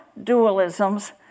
dualisms